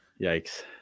yikes